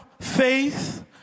faith